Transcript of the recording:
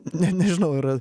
ne nežinau yra